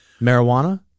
marijuana